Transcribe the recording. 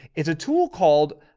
it's a tool called